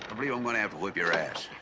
i believe i'm gonna have to whip your ass.